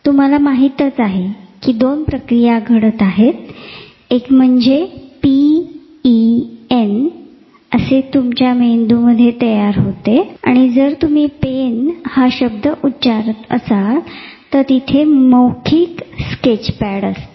तुम्हाला माहितच आहे इथे दोन प्रक्रिया घडत आहेत एक म्हणजे P E N असे तुमच्या मेंदूमध्ये नेहमीच तयार होते आणि जर तुम्ही पेन हा शब्द उच्चारत असाल तर तिथे मौखिक स्केचपॅड असते